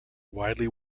widely